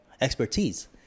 expertise